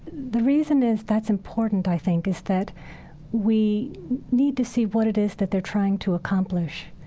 the reason is that's important, i think, is that we need to see what it is that they're trying to accomplish.